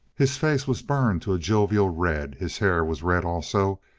his face was burned to a jovial red his hair was red also,